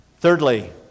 Thirdly